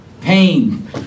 Pain